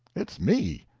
it's me!